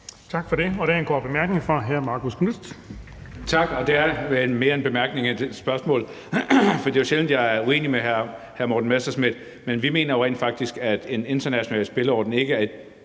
Tak for det. Der er en kort bemærkning fra hr. Marcus Knuth. Kl. 15:21 Marcus Knuth (KF): Tak. Det er mere en bemærkning end et spørgsmål, for det er jo sjældent, at jeg er uenig med hr. Morten Messerschmidt. Men vi mener jo rent faktisk, at en international spilleorden ikke er i